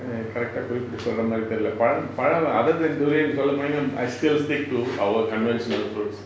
correct ah குறிப்பிட்டு சொல்ற மாரி தெரியல்ல:kuripittu solra maari theriyala other than durians சொல்ல போனிங்கன்னா:solla poninganna I still stick to our conventional fruits